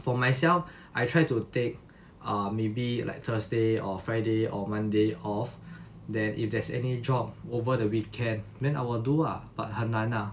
for myself I try to take or maybe like thursday or friday or monday off then if there's any job over the weekend then I will do lah but 很难 lah